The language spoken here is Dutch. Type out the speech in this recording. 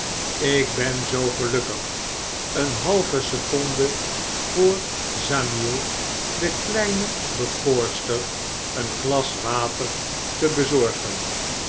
ik ben zoo gelukkig een halve seconde voor de kleine bekoorster een glas water te bezorgen